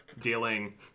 dealing